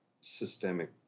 systemic